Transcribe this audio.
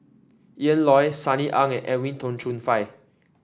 Ian Loy Sunny Ang and Edwin Tong Chun Fai